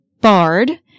Bard